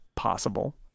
possible